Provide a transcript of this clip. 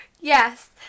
Yes